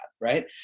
Right